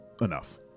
enough